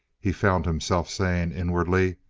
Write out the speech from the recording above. he found himself saying inwardly